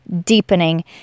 deepening